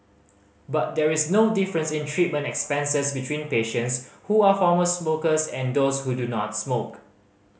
but there is no difference in treatment expenses between patients who are former smokers and those who do not smoke